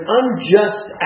unjust